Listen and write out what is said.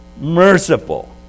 merciful